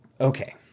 Okay